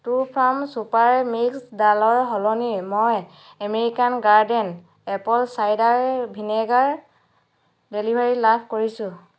Trufarm super mix ডালৰ সলনি মই এমেৰিকান গাৰ্ডেন এপ'ল চাইডাৰ ভিনেগাৰৰ ডেলিভাৰী লাভ কৰিছোঁ